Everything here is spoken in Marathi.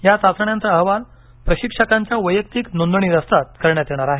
या चाचण्यांची अहवाल प्रशिक्षकांच्या वैयक्तिक नोंदणी दस्तात करण्यात येणार आहे